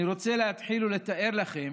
אני רוצה להתחיל ולתאר לכם